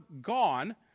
gone